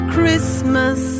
Christmas